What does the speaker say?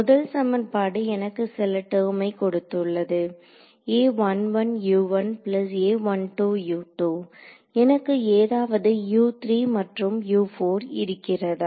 முதல் சமன்பாடு எனக்கு சில டெர்மை கொடுத்துள்ளது எனக்கு ஏதாவது மற்றும் இருக்கிறதா